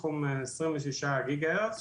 תחום 26 גיגה הרץ,